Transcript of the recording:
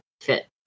fit